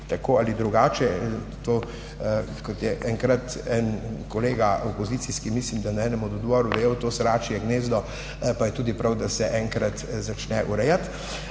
tako ali drugače. Kot je enkrat en opozicijski kolega, mislim, da na enem od odborov, dejal, je to sračje gnezdo, pa je tudi prav, da se enkrat začne urejati.